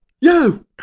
yo